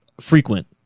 frequent